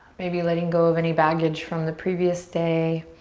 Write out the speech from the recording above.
maybe letting go of any baggage from the previous day.